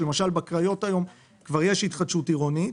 למשל בקריות היום כבר יש התחדשות עירונית,